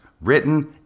written